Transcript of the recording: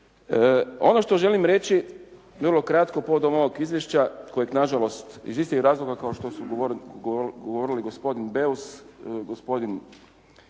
Ono što želim reći vrlo kratko povodom ovog izvješća kojeg na žalost iz istih razloga kao što su govorili gospodin Beus, gospodin